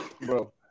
Bro